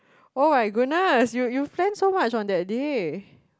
oh my goodness you you plan so much on that day